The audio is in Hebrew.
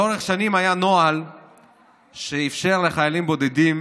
לאורך שנים היה נוהל שאפשר לחיילים בודדים